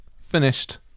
finished